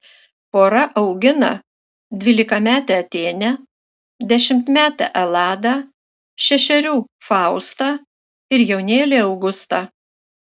pora augina dvylikametę atėnę dešimtmetę eladą šešerių faustą ir jaunėlį augustą